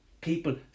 people